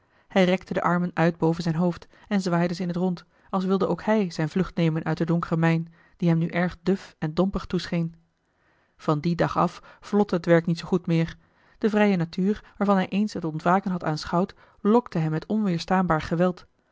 rekte de armen uit boven zijn hoofd en zwaaide ze in t rond als wilde ook hij zijne vlucht nemen uit de donkere mijn die hem nu erg duf en dompig toescheen eli heimans willem roda van dien dag af vlotte het werk niet zoo goed meer de vrije natuur waarvan hij eens het ontwaken had aanschouwd lokte hem met onweerstaanbaar geweld